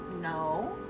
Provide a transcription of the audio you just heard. No